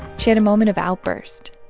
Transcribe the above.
she had a moment of outburst.